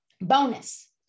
Bonus